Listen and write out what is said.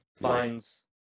finds